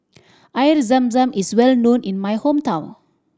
Air Zam Zam is well known in my hometown